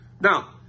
Now